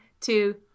two